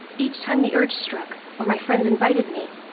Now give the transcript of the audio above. each time the urge struck, or my friends invited me,